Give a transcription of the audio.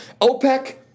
OPEC